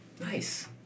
Nice